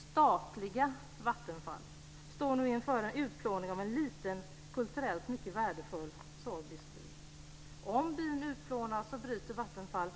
Statliga Vattenfall står nu inför en utplåning av en liten, kulturellt mycket värdefull sorbisk by. Om byn utplånas bryter inte Vattenfall